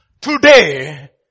Today